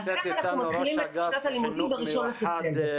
אז איך אנחנו מתחילים את שנת הלימודים בראשון לספטמבר?